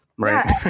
Right